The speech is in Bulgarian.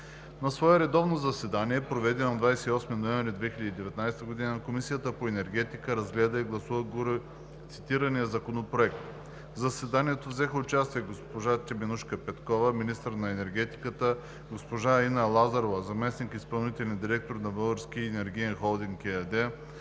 На свое редовно заседание, проведено на 28 ноември 2019 г., Комисията по енергетика разгледа и гласува горецитирания законопроект. В заседанието взеха участие госпожа Теменужка Петкова – министър на енергетиката, госпожа Ина Лазарова – заместник-изпълнителен директор на „Български енергиен Холдинг“ ЕАД,